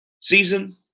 season